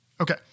Okay